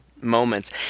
moments